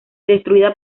destruida